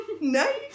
Nice